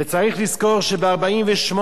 וצריך לזכור שב-1948,